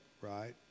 right